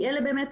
כי אלה באמת,